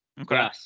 Okay